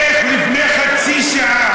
היית צריך לראות איך לפני חצי שעה,